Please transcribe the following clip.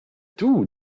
tout